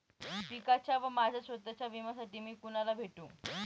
पिकाच्या व माझ्या स्वत:च्या विम्यासाठी मी कुणाला भेटू?